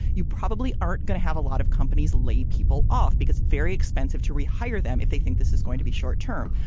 you probably aren't going to have a lot of companies lay people off because very expensive to rehire them if they think this is going to be short term.